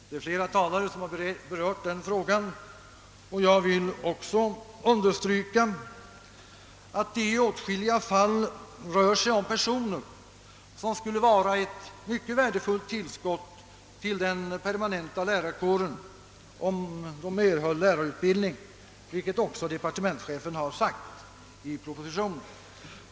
Det är flera talare som berört denna fråga, och jag vill också understryka, att det i åtskilliga fall rör sig om personer som skulle vara ett mycket värdefullt tillskott till den permanenta lärarkåren, om de erhölle lärarutbildning. Också departementschefen har framhållit detta i propositionen.